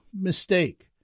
mistake